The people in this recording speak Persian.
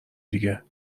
دیگه